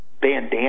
Bandana